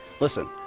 Listen